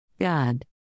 God